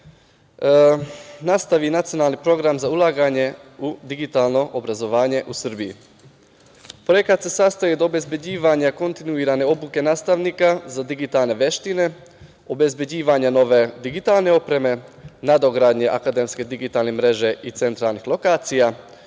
nastavi Nacionalni program za ulaganje u digitalno obrazovanje u Srbiji. Projekat se sastoji od obezbeđivanja kontinuirane obuke nastavnika za digitalne veštine, obezbeđivanja nove digitalne opreme, nadogradnja akademske digitalne mreže i centralnih lokacija